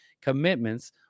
commitments